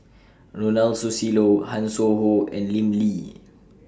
Ronald Susilo Hanson Ho and Lim Lee